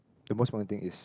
the most important thing is